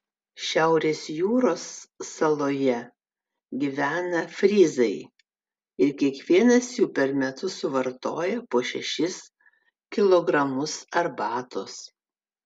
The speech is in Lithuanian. šiaurės jūros saloje gyvena fryzai ir kiekvienas jų per metus suvartoja po šešis kilogramus arbatos